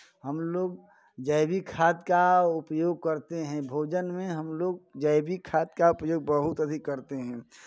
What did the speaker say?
हम लोग जैविक खाद का उपयोग करते हैं भोजन में हम लोग जैविक खाद का उपयोग बहुत अधिक करते हैं